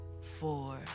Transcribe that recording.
four